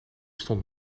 stond